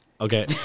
Okay